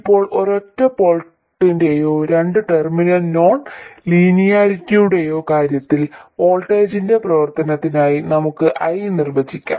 ഇപ്പോൾ ഒരൊറ്റ പോർട്ടിന്റെയോ രണ്ട് ടെർമിനൽ നോൺ ലീനിയാരിറ്റിയുടെയോ കാര്യത്തിൽ വോൾട്ടേജിന്റെ പ്രവർത്തനമായി നമുക്ക് I നിർവചിക്കാം